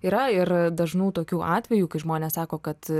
yra ir dažnų tokių atvejų kai žmonės sako kad